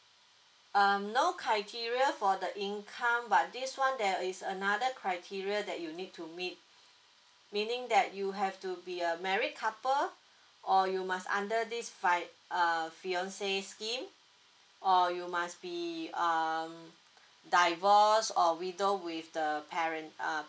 um no criteria for the income but this one there is another criteria that you need to meet meaning that you have to be a married couple or you must under this fin~ err fiancee scheme or you must be um divorced or widow with the parent uh